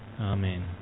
Amen